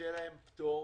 שניתן להם פטור,